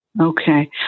Okay